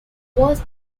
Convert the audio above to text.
was